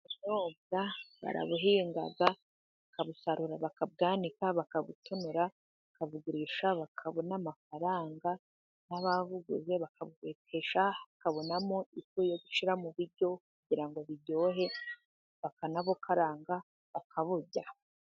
Ubunyobwa barabuhinga, bakabusarura bakabwanika, bakabutonora, bakabugurisha bakabona amafaranga, n'ababuguze bakabubetesha bakabonamo ifu yo gushyira mu biryo kugira ngo biryohe, bakanabukaranga bakaburya.